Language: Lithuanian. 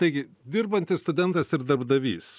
taigi dirbantis studentas ir darbdavys